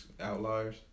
Outliers